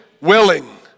willing